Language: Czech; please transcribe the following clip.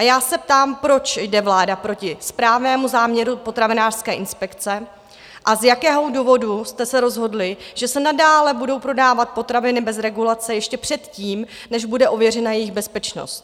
Já se ptám, proč jde vláda proti správnému záměru potravinářské inspekce a z jakého důvodu jste se rozhodli, že se nadále budou prodávat potraviny bez regulace ještě předtím, než bude ověřena jejich bezpečnost?